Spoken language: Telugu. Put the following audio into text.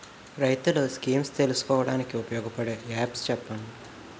రైతులు స్కీమ్స్ తెలుసుకోవడానికి ఉపయోగపడే యాప్స్ చెప్పండి?